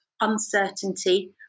uncertainty